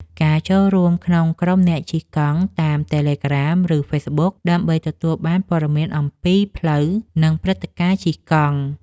ការចូលរួមក្នុងក្រុមអ្នកជិះកង់តាមតេឡេក្រាម ឬហ្វេសប៊ុក ដើម្បីទទួលបានព័ត៌មានអំពីផ្លូវ និងព្រឹត្តិការណ៍ជិះកង់។